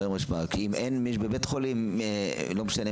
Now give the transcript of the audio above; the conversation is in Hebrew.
כי בבית חולים לא משנה,